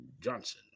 Johnson